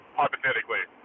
hypothetically